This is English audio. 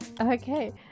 Okay